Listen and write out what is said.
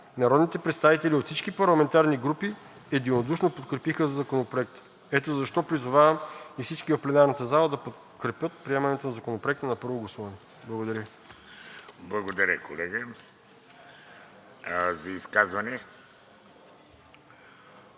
народните представители от всички парламентарни групи единодушно подкрепиха Законопроекта. Ето защо призовавам и всички в пленарната зала да подкрепят приемането на Законопроекта на първо гласуване. Благодаря Ви.